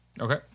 Okay